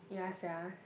ya sia